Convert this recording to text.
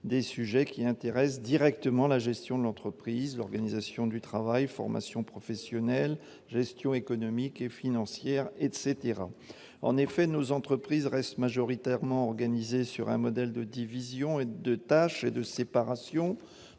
des sujets qui intéressent directement la gestion de l'entreprise : organisation du travail, formation professionnelle, gestion économique et financière, etc. En effet, nos entreprises restent majoritairement organisées sur un modèle de division des tâches et de séparation